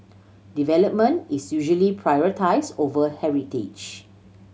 development is usually prioritise over heritage